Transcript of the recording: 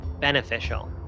beneficial